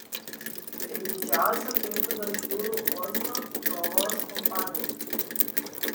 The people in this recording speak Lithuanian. tai didžiausia klaipėdos jūrų uosto krovos kompanija